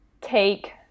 take